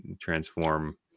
transform